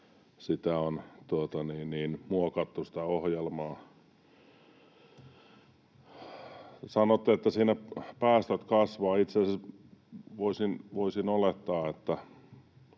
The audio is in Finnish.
sitä ohjelmaa on muokattu. Sanotte, että siinä päästöt kasvavat. Itse asiassa voisin olettaa, että